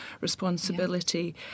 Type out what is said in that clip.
responsibility